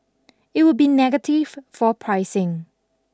it would be negative for pricing